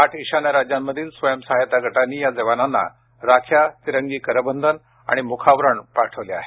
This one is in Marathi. आठ ईशान्य राज्यांमधील स्वयं सहाय्यता गटांनी या जवानांना राख्या तिरंगी करबंधन आणि मुखावरणं पाठवल्या आहेत